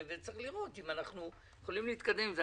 וצריך לראות אם אנחנו יכולים להתקדם עם זה.